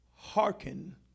Hearken